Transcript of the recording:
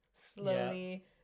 slowly